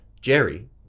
Jerry